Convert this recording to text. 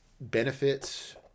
benefits –